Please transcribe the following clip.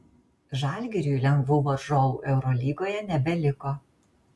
žalgiriui lengvų varžovų eurolygoje nebeliko